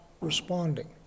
responding